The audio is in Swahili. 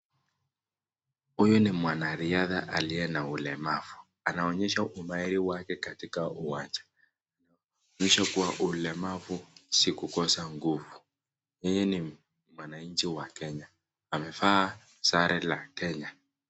Huyu ni mwanariadha aliye na ulemavu. Anaonyesha umairi wake katika uwanja. Anaonyesha kua ulemavu si kukosa nguvu. Yeye ni mwananchi wa Kenya, amavaa sare ya Kenya.